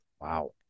Wow